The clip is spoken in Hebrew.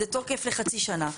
זה תוקף לחצי שנה.